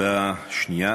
הודעה שנייה,